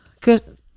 Good